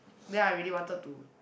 then I really wanted to